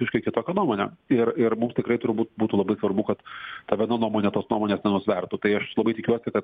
visiškai kitokią nuomonę ir ir mums tikrai turbūt būtų labai svarbu kad ta viena nuomonė tos nuomonės nenusvertų tai aš labai tikiuosi kad